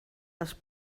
les